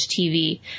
TV